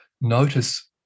notice